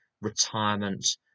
retirement